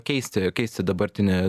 keisti keisti dabartinį